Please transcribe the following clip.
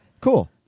Cool